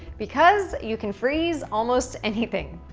because you can freeze almost anything.